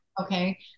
Okay